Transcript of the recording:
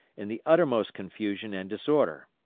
in the uttermost confusion and disorder.